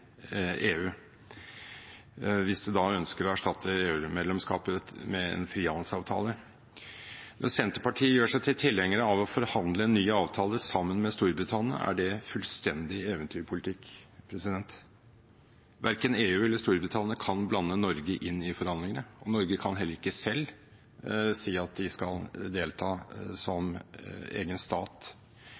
EU, hvis de da ønsker å erstatte EU-medlemskapet med en frihandelsavtale. Når Senterpartiet gjør seg til tilhenger av å forhandle en ny avtale sammen med Storbritannia, er det fullstendig eventyrpolitikk. Verken EU eller Storbritannia kan blande Norge inn i forhandlingene, og Norge kan heller ikke selv si at de skal delta som egen stat.